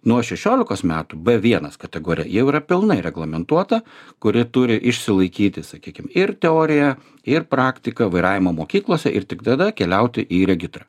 nuo šešiolikos metų b vienas kategorija jau yra pilnai reglamentuota kuri turi išsilaikyti sakykim ir teoriją ir praktiką vairavimo mokyklose ir tik tada keliauti į regitrą